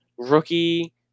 rookie